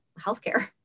healthcare